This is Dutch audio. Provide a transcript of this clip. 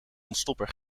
ontstopper